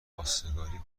خواستگاری